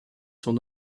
sont